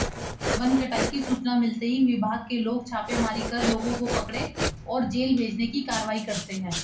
one कटाई की सूचना मिलते ही विभाग के लोग छापेमारी कर लोगों को पकड़े और जेल भेजने की कारवाई करते है